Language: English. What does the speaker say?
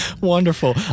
Wonderful